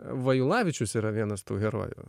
vaivilavičius yra vienas tų herojų